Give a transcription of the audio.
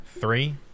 Three